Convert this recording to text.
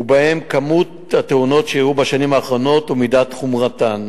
ובהם מספר התאונות שאירעו בשנים האחרונות ומידת חומרתן.